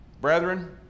Brethren